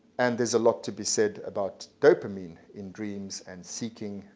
and there's a lot to be said about dopamine in dreams, and seeking,